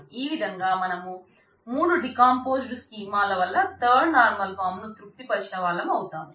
ఈ విధంగా మనం మూడు డీకంపోజ్డ్ స్కీమా ల వల్ల థర్డ్ నార్మల్ ఫాం ను తృప్తి పరచిన వాళ్ళం అవుతాము